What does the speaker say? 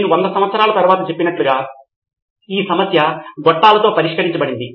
నేను 100 సంవత్సరాల తరువాత చెప్పినట్లుగా ఈ సమస్య గొట్టాలతో పరిష్కరించబడింది